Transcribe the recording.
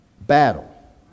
battle